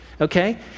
okay